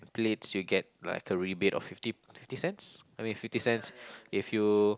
plates you get like a rebate of fifty fifty cents I mean fifty cents if you